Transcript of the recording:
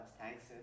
thanks